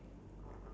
ya